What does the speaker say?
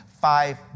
five